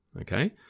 okay